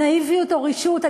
נאיביות או רשעות.